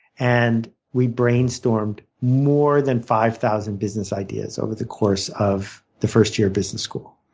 and we brainstormed more than five thousand business ideas over the course of the first year of business school.